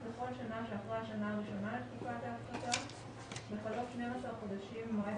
אחרי השנה הראשונה לתקופת ההפחתה בחלוף 12 חודשים ממועד